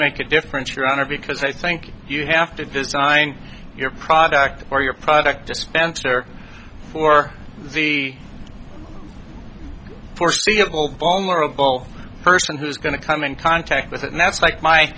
make a difference your honor because i think you have to design your product or your product dispenser for the foreseeable vulnerable person who's going to come in contact with and that's like my